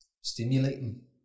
stimulating